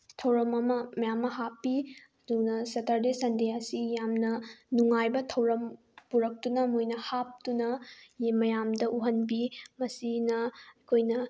ꯊꯧꯔꯝ ꯑꯃ ꯃꯌꯥꯝ ꯑꯃ ꯍꯥꯞꯄꯤ ꯑꯗꯨꯅ ꯁꯇꯔꯗꯦ ꯁꯟꯗꯦ ꯑꯁꯤ ꯌꯥꯝꯅ ꯅꯨꯡꯉꯥꯏꯕ ꯊꯧꯔꯝ ꯄꯨꯔꯛꯇꯨꯅ ꯃꯣꯏꯅ ꯍꯥꯞꯇꯨꯅ ꯃꯌꯥꯝꯗ ꯎꯍꯟꯕꯤ ꯃꯁꯤꯅ ꯑꯩꯈꯣꯏꯅ